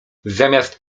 zamiast